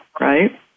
right